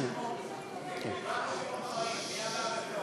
תקרא את השמות הבאים, מי הבא בתור.